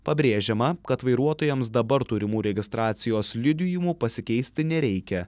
pabrėžiama kad vairuotojams dabar turimų registracijos liudijimų pasikeisti nereikia